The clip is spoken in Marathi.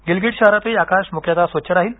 गिलगीट शहरातही आकाश मुख्यतः स्वच्छ राहील